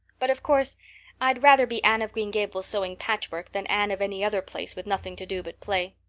but of course i'd rather be anne of green gables sewing patchwork than anne of any other place with nothing to do but play.